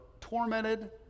tormented